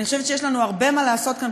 אני חושבת שיש לנו הרבה מה לעשות כאן,